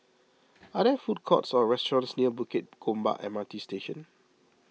are there food courts or restaurants near Bukit Gombak M R T Station